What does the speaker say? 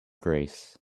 grace